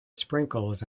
sprinkles